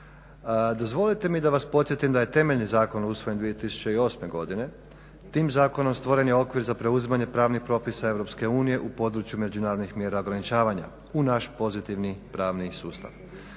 Dozvolite mi da vas podsjetim da je temelji zakon usvojen 2008. godine, tim zakonom stvoren je okvir za preuzimanje pravnih propisa EU u području međunarodnih mjera ograničavanja u naš pozitivni pravni sustav.